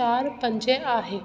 चारि पंज आहे